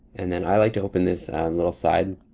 and then i like to open this little side